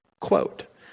Quote